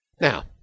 Now